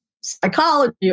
psychology